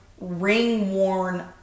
ring-worn